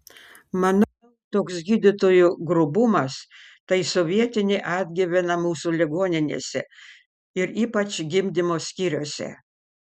manau toks gydytojų grubumas tai sovietinė atgyvena mūsų ligoninėse ir ypač gimdymo skyriuose